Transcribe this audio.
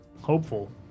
hopeful